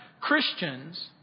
Christians